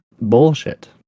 Bullshit